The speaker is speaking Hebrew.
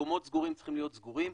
מקומות סגורים צריכים להיות סגורים,